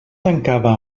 tancava